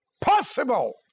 Possible